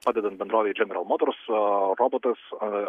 padedant bendrovei general motors robotas